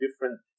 different